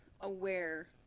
aware